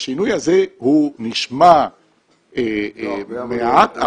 השינוי הזה נשמע מעט,